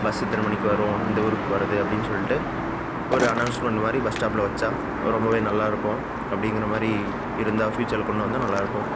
bus இத்தனை மணிக்கு வரும் இந்த ஊருக்கு போகிறது அப்படின்னு சொல்லிட்டு ஒரு அனௌன்ஸ்மெண்ட் மாதிரி பஸ் ஸ்டாப்பில் வைச்சா வ ரொம்பவே நல்லாயிருக்கும் அப்படிங்கிற மாதிரி இருந்தால் ஃப்யூச்சரில் கொண்டு வந்தால் நல்லாயிருக்கும்